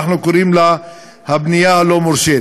ואנחנו קוראים לה "הבנייה הלא-מורשית".